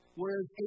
whereas